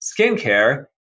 skincare